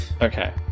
Okay